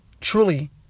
truly